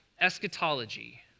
Eschatology